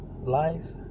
life